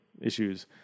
issues